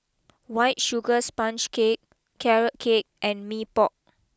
White Sugar Sponge Cake Carrot Cake and Mee Pok